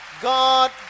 God